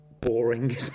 Boring